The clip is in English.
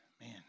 man